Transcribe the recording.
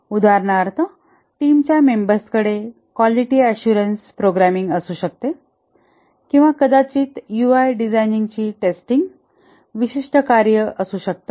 उदाहरणार्थ टीमच्या मेंबर्सकडे कॉलीटी अशुरन्स प्रोग्रामिंग असू शकते किंवा कदाचित यूआय डिझायनिंग ची टेस्टिंग विशिष्ट कार्ये असू शकतात